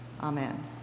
Amen